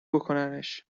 بکننش